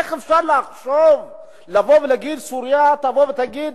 איך אפשר לחשוב שסוריה תגיד,